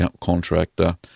contractor